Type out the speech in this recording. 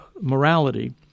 morality